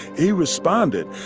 he responded,